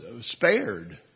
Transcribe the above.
spared